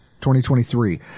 2023